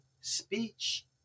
speech